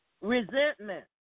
resentment